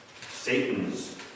Satan's